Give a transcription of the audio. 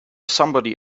somebody